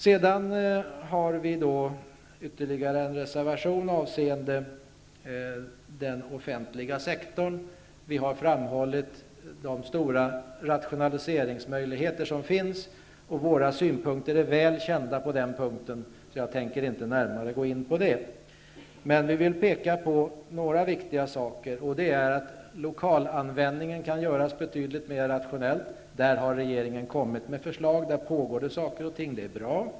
Vi har ytterligare en reservation, vilken avser den offentliga sektorn. Vi framhåller de stora rationaliseringsmöjligheter som finns. Våra synpunkter är väl kända i det avseendet. Därför tänker jag inte närmare gå in på den saken. Några viktiga saker vill vi peka på. Lokalanvändningen t.ex. kan bli betydligt rationellare. Där har regeringen kommit med förslag. Saker och ting är alltså på gång, och det är bra.